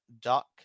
Duck